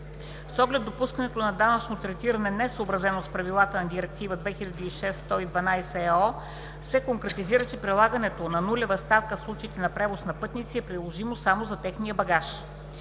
С оглед допускане на данъчно третиране, несъобразено с правилата на Директива 2006/112/ЕО, се конкретизира, че прилагането на нулева ставка в случаите на превоз на пътници е приложимо само за техния багаж.